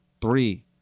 three